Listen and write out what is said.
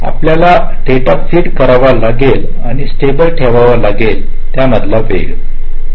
आपल्याला data feed करावा लागेल आणि स्टेबल ठेवावा लागेल त्यावेळी